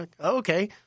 okay